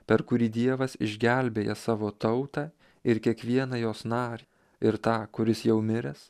per kurį dievas išgelbėja savo tautą ir kiekvieną jos narį ir tą kuris jau miręs